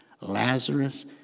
Lazarus